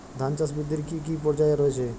ধান চাষ বৃদ্ধির কী কী পর্যায় রয়েছে?